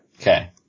Okay